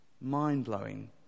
mind-blowing